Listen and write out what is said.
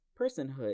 Personhood